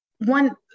one